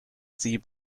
sie